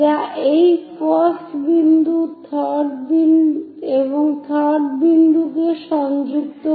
যা এই 1st বিন্দু এবং 3rd বিন্দুকে সংযুক্ত করবে